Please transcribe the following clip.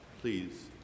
Please